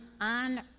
on